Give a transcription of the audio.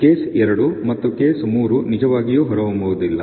case ಎರಡು ಮತ್ತು case ಮೂರು ನಿಜವಾಗಿಯೂ ಹೊರಹೊಮ್ಮುವುದಿಲ್ಲ